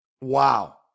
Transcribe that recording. Wow